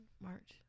March